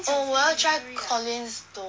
oh 我要 try Collins though